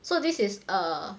so this is a